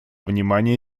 внимания